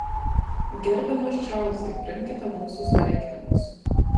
gerbiamas čarlzai priimkite mūsų sveikinimus